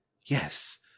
Yes